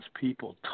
people